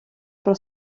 про